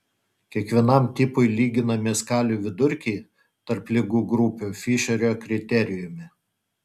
kiekvienam tipui lyginami skalių vidurkiai tarp ligų grupių fišerio kriterijumi